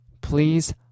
Please